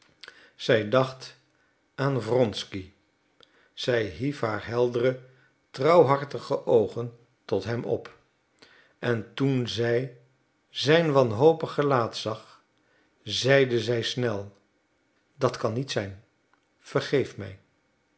zij dacht aan wronsky zij hief haar heldere trouwhartige oogen tot hem op en toen zij zijn wanhopig gelaat zag zeide zij snel dat kan niet zijn vergeef mij